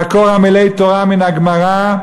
לעקור עמלי תורה מן הגמרא,